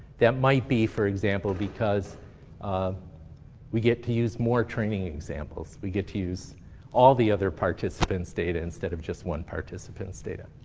that might be, for example, because um we get to use more training examples. we get to use all the other participants' data instead of just one participant's data.